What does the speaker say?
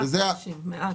מעט אנשים יחסית.